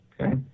Okay